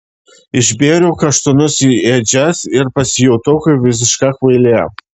išbėriau kaštonus į ėdžias ir pasijutau kaip visiška kvailė